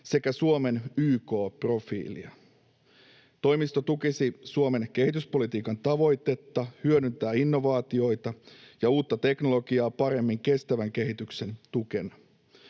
sekä Suomen YK-profiilia. Toimisto tukisi Suomen kehityspolitiikan tavoitetta hyödyntää innovaatioita ja uutta teknologiaa paremmin kestävän kehityksen tukena.